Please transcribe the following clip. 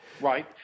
right